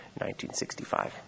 1965